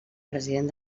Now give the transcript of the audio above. president